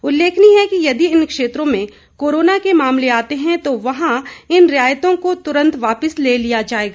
उल्लेखनीय है कि यदि इन क्षेत्रों में कोरोना के मामले आते हैं तो वहां इन रियायतों को तुरंत वापिस ले लिया जाएगा